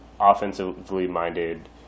offensively-minded